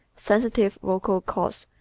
sensitive vocal cords,